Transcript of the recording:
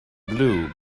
blue